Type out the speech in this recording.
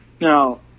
now